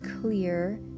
clear